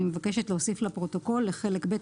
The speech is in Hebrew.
אני מבקשת להוסיף לפרוטוקול "לחלק ב'